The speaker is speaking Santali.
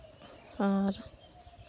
ᱟᱨ